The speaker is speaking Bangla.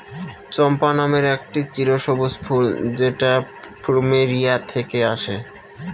চম্পা নামের একটি চিরসবুজ ফুল যেটা প্লুমেরিয়া থেকে আসে